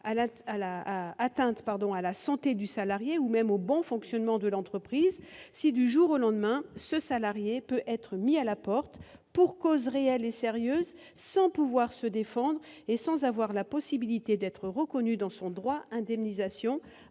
à sa santé ou même au bon fonctionnement de l'entreprise si, du jour au lendemain, il peut être mis à la porte sans cause réelle et sérieuse, sans pouvoir se défendre et sans avoir la possibilité de voir reconnu son droit à l'indemnisation